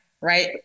right